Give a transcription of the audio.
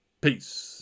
peace